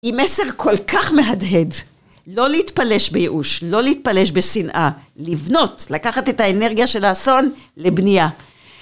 עם מסר כל כך מהדהד לא להתפלש בייאוש, לא להתפלש בשנאה, לבנות, לקחת את האנרגיה של האסון לבנייה